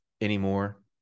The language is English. anymore